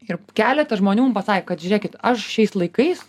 ir keletas žmonių mum pasakė kad žiūrėkit aš šiais laikais